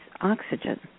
oxygen